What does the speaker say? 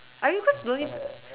I mean cause lonely